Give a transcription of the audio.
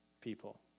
people